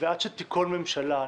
ועד שתיכון ממשלה,